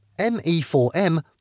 ME4M